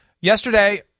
yesterday